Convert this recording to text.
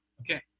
Okay